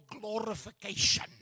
glorification